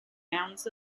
mounds